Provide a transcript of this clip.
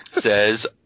says